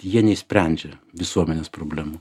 jie neišsprendžia visuomenės problemų